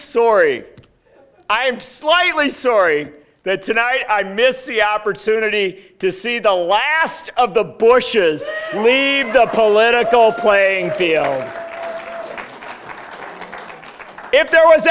sorie i am slightly story that tonight i miss the opportunity to see the last of the bush's leave the political playing field if there was